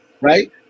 right